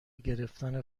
گرفتن